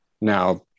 Now